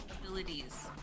abilities